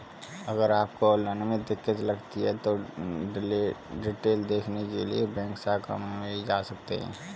अगर आपको ऑनलाइन में दिक्कत लगती है तो डिटेल देखने के लिए बैंक शाखा में भी जा सकते हैं